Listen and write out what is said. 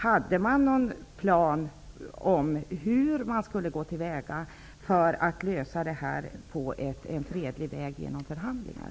Hade de någon plan för hur man skulle gå till väga för att lösa detta på en fredlig väg genom förhandlingar?